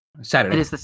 Saturday